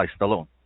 Stallone